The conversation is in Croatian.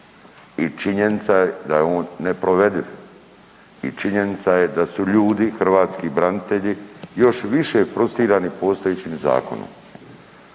I činjenica je da je on neprovediv. I činjenica je da su ljudi, hrvatski branitelji još više frustrirani postojećim zakonom.